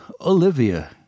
Olivia